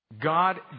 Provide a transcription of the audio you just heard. God